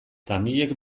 tamilek